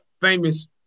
famous